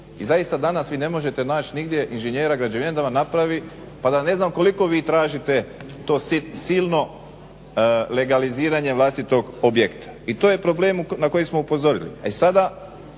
I zaista danas vi ne možete naći nigdje inženjera građevine da vam napravi pa da ne znam koliko vi tražite to silno legaliziranje vlastitog objekta i to je problem na koji smo upozorili.